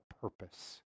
purpose